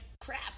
crap